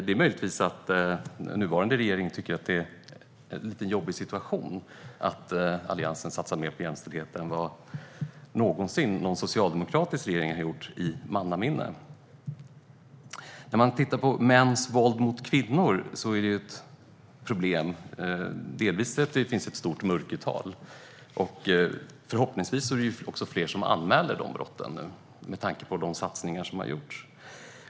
Det är möjligt att den nuvarande regeringen tycker att är en lite jobbig situation att Alliansen satsade mer på jämställdhet än vad någonsin någon socialdemokratisk regering har gjort i mannaminne. Mäns våld mot kvinnor är ett problem delvis för att det finns ett stort mörkertal. Förhoppningsvis är det fler som anmäler de brotten nu med tanke på de satsningar som har gjorts.